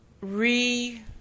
re